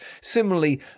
Similarly